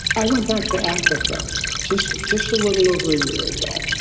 i went back to africa just just a little over a year ago.